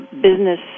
business